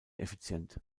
effizient